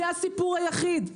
זה הסיפור היחיד.